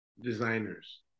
Designers